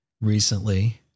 recently